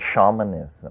shamanism